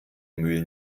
mühlen